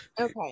Okay